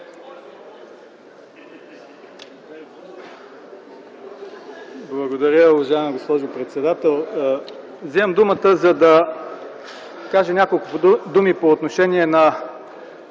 Благодаря, уважаема госпожо председател. Вземам думата, за да кажа няколко думи по отношение на